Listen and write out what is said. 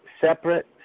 separate